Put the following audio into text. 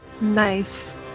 nice